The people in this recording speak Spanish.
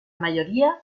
mayoría